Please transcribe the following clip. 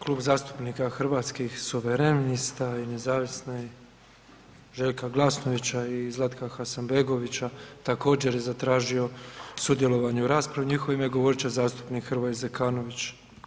Klub zastupnika Hrvatskih suverenista i nezavisni Željka Glasnovića i Zlatka Hasanbegovića također je zatražio sudjelovanje u raspravi, u njihovo ime govorit će zastupnik Hrvoje Zekanović.